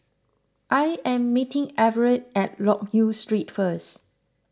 I am meeting Everette at Loke Yew Street first